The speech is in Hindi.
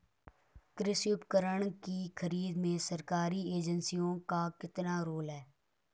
कृषि उपकरण की खरीद में सरकारी एजेंसियों का कितना रोल है?